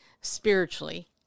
spiritually